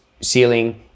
ceiling